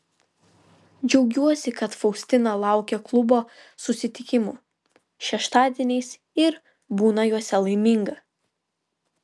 džiaugiuosi kad faustina laukia klubo susitikimų šeštadieniais ir būna juose laiminga